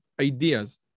ideas